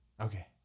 Okay